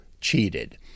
cheated